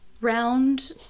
round